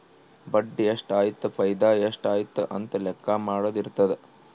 ಬಡ್ಡಿ ಎಷ್ಟ್ ಆಯ್ತು ಫೈದಾ ಎಷ್ಟ್ ಆಯ್ತು ಅಂತ ಲೆಕ್ಕಾ ಮಾಡದು ಇರ್ತುದ್